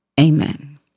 Amen